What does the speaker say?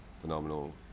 phenomenal